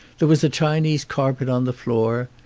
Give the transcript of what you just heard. there was a chinese carpet on the floor.